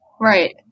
Right